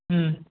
ம்